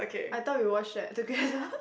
I thought we watched that together